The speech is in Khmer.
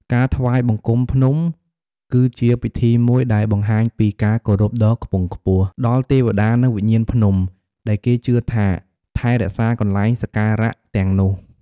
ការថ្វាយបង្គំភ្នំ គឺជា ពិធីមួយ ដែលបង្ហាញពី ការគោរពដ៏ខ្ពង់ខ្ពស់ ដល់ ទេវតា និង វិញ្ញាណភ្នំ ដែលគេជឿថា ថែរក្សាកន្លែងសក្ការៈ ទាំងនោះ។